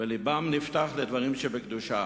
ולבם נפתח לדברים שבקדושה.